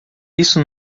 isso